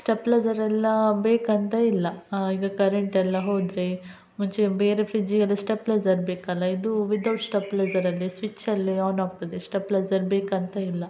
ಸ್ಟೆಪ್ಲೈಝರೆಲ್ಲ ಬೇಕಂತ ಇಲ್ಲ ಈಗ ಕರೆಂಟೆಲ್ಲ ಹೋದರೆ ಮುಂಚೆ ಬೇರೆ ಫ್ರಿಜ್ಜಿಗೆಲ್ಲ ಸ್ಟೆಪ್ಲೈಝರ್ ಬೇಕಲ್ಲ ಇದು ವಿದೌಟ್ ಸ್ಟೆಪ್ಲೈಝರಲ್ಲಿ ಸ್ವಿಚ್ಚಲ್ಲಿ ಆನ್ ಆಗ್ತದೆ ಸ್ಟೆಪ್ಲೈಝರ್ ಬೇಕಂತ ಇಲ್ಲ